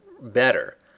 better